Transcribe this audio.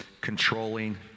controlling